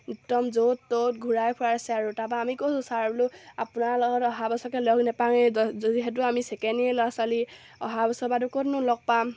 একদম য'ত ত'ত ঘূৰাই ফুৰাইছে আৰু তাৰপৰা আমি কৈছোঁ ছাৰ বোলো আপোনাৰ লগত অহা বছৰকৈ লগ নাপামেই যিহেতু আমি ছেকেণ্ড ইয়েৰ ল'ৰা ছোৱালী অহা বছৰ পৰাতো ক'তনো লগ পাম